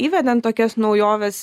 įvedant tokias naujoves